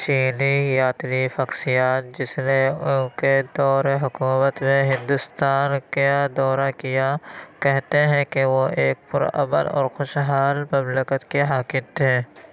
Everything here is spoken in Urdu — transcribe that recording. چینی یاتری فاکسیان جس نے ان کے دور حکومت میں ہندوستان کا دورہ کیا کہتے ہیں کہ وہ ایک پر امن اور خوشحال مملکت کے حاکم تھے